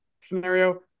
scenario